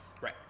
Right